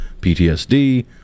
PTSD